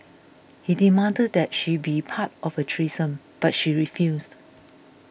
he demanded that she be part of a threesome but she refused